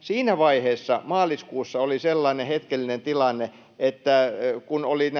Siinä vaiheessa, maaliskuussa, oli sellainen hetkellinen tilanne, että kun olivat